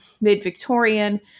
mid-Victorian